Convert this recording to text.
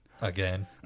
Again